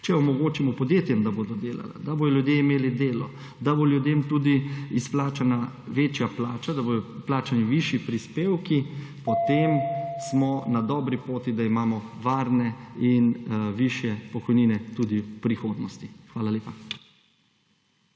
če omogočimo podjetjem, da bodo delala, da bodo ljudje imeli delo, da bo ljudem tudi izplačana večja plača, da bodo vplačani višji prispevki, potem smo na dobri poti, da imamo varne in višje pokojnine tudi v prihodnosti. Hvala lepa.